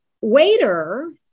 waiter